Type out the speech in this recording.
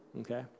okay